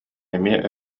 эмиэ